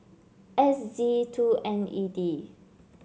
S Z two N E D